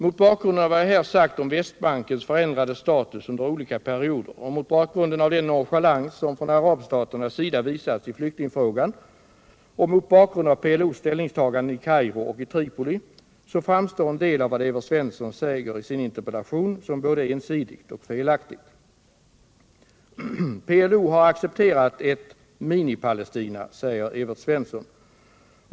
Mot bakgrunden av vad jag här sagt om Västbankens förändrade status under olika perioder, mot bakgrunden av den nonchalans som från arabstaternas sida visats i flyktingfrågan och mot bakgrunden av PLO:s ställningstaganden i Kairo och i Tripoli framstår en del av vad Evert Svensson säger i sin interpellation som både ensidigt och felaktigt. PLO har accepterat ett ”Minipalestina”, säger Evert Svensson!